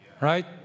right